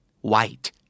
white